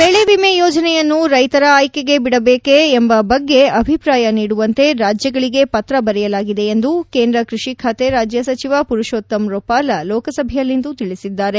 ಬೆಳೆ ವಿಮೆ ಯೋಜನೆಯನ್ನು ರೈತರ ಆಯ್ಕೆಗೆ ಬಿಡಬೇಕೇ ಎಂಬ ಬಗ್ಗೆ ಅಭಿಪ್ರಾಯ ನೀಡುವಂತೆ ರಾಜ್ಯಗಳಿಗೆ ಪತ್ರ ಬರೆಯಲಾಗಿದೆ ಎಂದು ಕೇಂದ್ರ ಕೃಷಿ ಖಾತೆ ರಾಜ್ಯ ಸಚಿವ ಪುರುಷೋತ್ತಮ ರೊಪಾಲ ಲೋಕಸಭೆಯಲ್ಲಿಂದು ತಿಳಿಸಿದ್ದಾರೆ